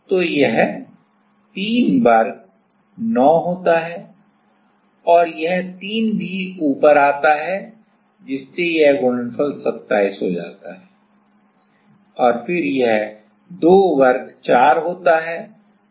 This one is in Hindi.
तो यह 3 वर्ग 9 होता है और यह 3 भी ऊपर आता है जिससे यह गुणनफल 27 हो जाता है और फिर यह 2 वर्ग 4 होता है